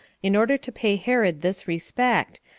in order to pay herod this respect,